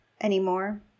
anymore